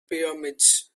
pyramids